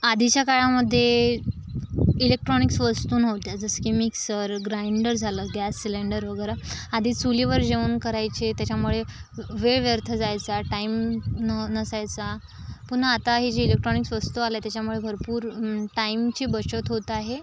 आधीच्या काळामध्ये इलेक्ट्रॉनिक्स वस्तू नव्हत्या जसं की मिक्सर ग्राइंडर झालं गॅस सिलेंडर वगैरे आधी चुलीवर जेवण करायचे त्याच्यामुळे वेळ व्यर्थ जायचा टाइम न नसायचा पुन्हा आता ही जी इलेक्ट्रॉनिक्स वस्तू आल्या त्याच्यामुळे भरपूर टाईमची बचत होत आहे